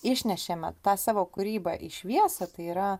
išnešėme tą savo kūrybą į šviesą tai yra